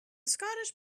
scottish